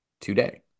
today